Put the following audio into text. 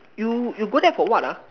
you you go there for what ah